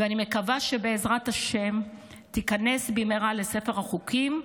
ואני מקווה שבעזרת השם היא תיכנס במהרה לספר החוקים,